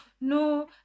no